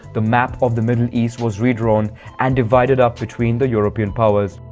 the map of the middle east was redrawn and divided up between the european powers.